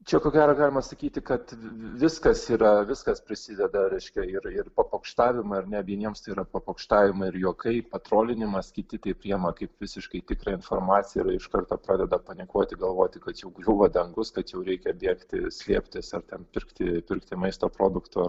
čia ko gero galima sakyti kad viskas yra viskas prisideda reiškia ir ir papokštavimai ar ne vieniems tai yra papokštavimai ir juokai patrolinimas kiti tai priėma kaip visiškai tikrą informaciją ir iš karto pradeda panikuoti galvoti kad jau griūva dangus kad jau reikia bėgti slėptis ar ten pirkti pirkti maisto produktų